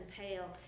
pale